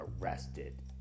arrested